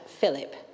Philip